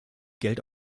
geld